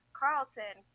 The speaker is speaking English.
carlton